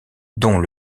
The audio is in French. dont